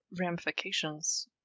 ramifications